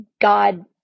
God